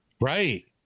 Right